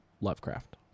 lovecraft